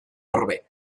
orbe